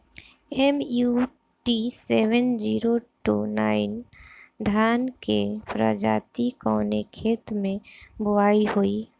MUT seven zero two nine धान के प्रजाति कवने खेत मै बोआई होई?